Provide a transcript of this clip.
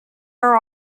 are